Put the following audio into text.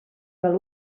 val